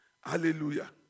Hallelujah